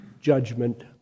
judgment